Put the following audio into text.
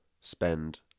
spend